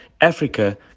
africa